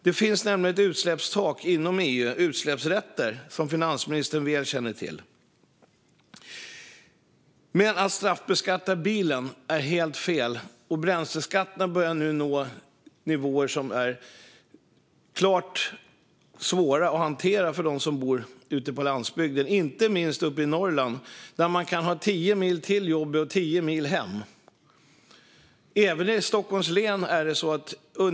Det finns nämligen ett utsläppstak inom EU - utsläppsrätter - som finansministern väl känner till. Att straffbeskatta bilen är helt fel. Bränsleskatterna börjar nu nå nivåer som är svåra att hantera för dem som bor ute på landsbygden, inte minst uppe i Norrland, där man kan ha 10 mil till jobbet och 10 mil hem. Även i Stockholms län är det så.